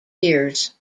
years